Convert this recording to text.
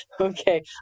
Okay